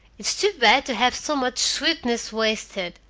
it's too bad to have so much sweetness wasted,